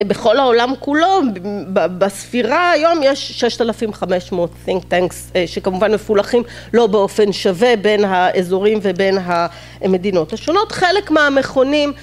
בכל העולם כולו בספירה היום יש ששת אלפים חמש מאות Think Tanks שכמובן מפולחים לא באופן שווה בין האזורים ובין המדינות השונות חלק מהמכונים